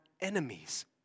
enemies